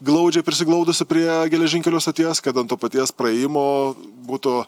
glaudžiai prisiglaudusi prie geležinkelio stoties kad ant to paties praėjimo būtų